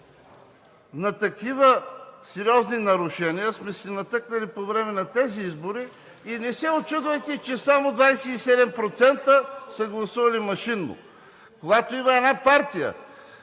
На такива сериозни нарушения сме се натъкнали по време на тези избори и не се учудвайте, че само 27% са гласували машинно. Когато има една партия,